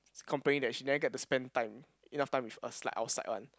is complaining that she never get to spend time enough time with us like outside one